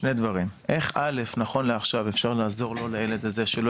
שני דברים: איך נכון לעכשיו אפשר לעזור לילד הזה שלא